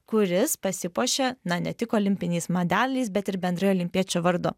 kuris pasipuošė na ne tik olimpiniais medaliais bet ir bendrai olimpiečių vardu